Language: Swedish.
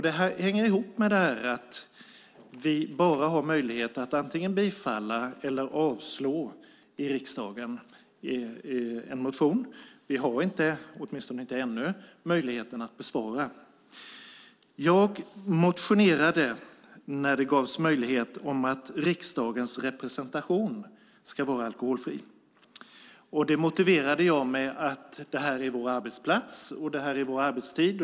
Det hänger ihop med att vi i riksdagen bara har möjlighet att antingen bifalla eller avslå en motion. Vi har inte - åtminstone inte ännu - möjligheten att besvara. Jag motionerade, när det gavs möjlighet, om att riksdagens representation ska vara alkoholfri. Det motiverade jag med att detta är vår arbetsplats, och detta är vår arbetstid.